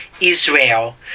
Israel